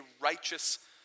righteous